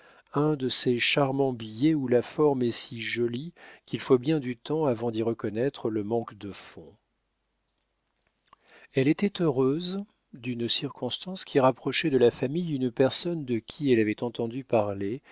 un de ces charmants billets où la forme est si jolie qu'il faut bien du temps avant d'y reconnaître le manque de fond elle était heureuse d'une circonstance qui rapprochait de la famille une personne de qui elle avait entendu parler